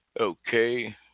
Okay